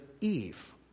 Eve